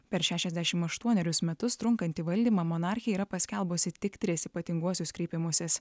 per šešiasdešim aštuonerius metus trunkantį valdymą monarchė yra paskelbusi tik tris ypatinguosius kreipimusis